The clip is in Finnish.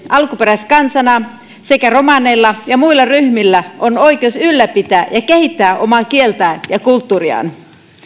alkuperäiskansana sekä romaneilla ja muilla ryhmillä on oikeus ylläpitää ja kehittää omaa kieltään ja kulttuuriaan